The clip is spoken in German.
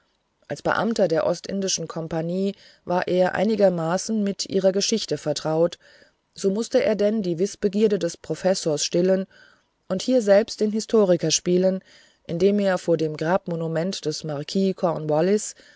als beamter der ostindischen kompanie war er einigermaßen mit ihrer geschichte vertraut so mußte er denn die wißbegierde des professors stillen und hier selbst den historiker spielen indem er vor dem grabmonument des marquis